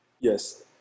Yes